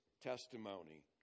testimony